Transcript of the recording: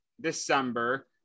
December